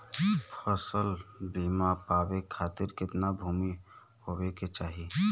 फ़सल बीमा पावे खाती कितना भूमि होवे के चाही?